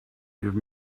give